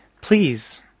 Please